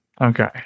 Okay